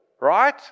Right